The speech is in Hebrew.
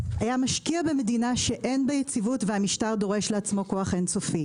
היה משקיע במדינה שאין בה יציבות והמשטר דורש לעצמו כוח אין-סופי?